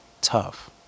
tough